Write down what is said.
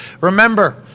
Remember